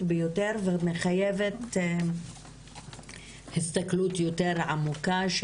ביותר שמחייבת הסתכלות יותר עמוקה,